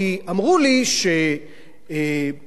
מדובר באותן סיבות ומציאת תירוצים כדי שלא לקדם